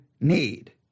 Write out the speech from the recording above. need